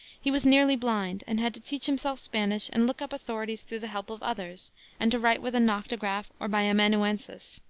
he was nearly blind, and had to teach himself spanish and look up authorities through the help of others and to write with a noctograph or by amanuenses.